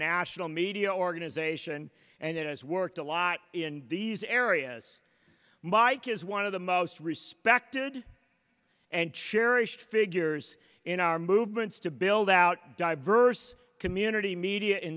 national media organization and it has worked a lot in these areas mike is one of the most respected and cherished figures in our movements to build out diverse community media in